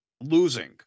Losing